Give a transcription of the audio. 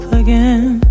again